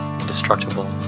indestructible